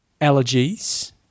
allergies